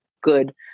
good